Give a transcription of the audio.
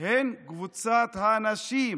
היא קבוצת הנשים.